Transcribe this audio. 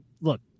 look